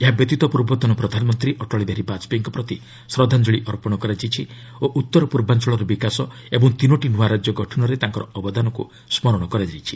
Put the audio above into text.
ଏହାବ୍ୟତୀତ ପ୍ରର୍ବତନ ପ୍ରଧାନମନ୍ତ୍ରୀ ଅଟଳ ବିହାରୀ ବାଜପେୟୀଙ୍କ ପ୍ରତି ଶ୍ରଦ୍ଧାଞ୍ଚଳି ଅର୍ପଣ କରାଯାଇଛି ଓ ଉତ୍ତର ପୂର୍ବାଞ୍ଚଳର ବିକାଶ ଓ ତିନୋଟି ନୂଆ ରାଜ୍ୟ ଗଠନରେ ତାଙ୍କର ଅବଦାନକୁ ସ୍କରଣ କରାଯାଇଛି